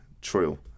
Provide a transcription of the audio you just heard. True